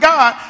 God